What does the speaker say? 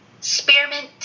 spearmint